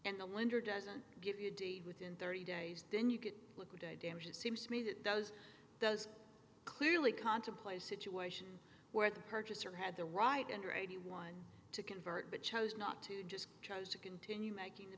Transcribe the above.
and the lender doesn't give you d within thirty days then you could liquidate damages seems to me that does does clearly contemplate a situation where the purchaser had the right under eighty one to convert but chose not to just chose to continue making the